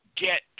get